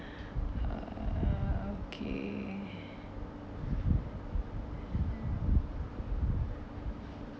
uh okay